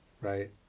Right